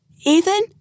Ethan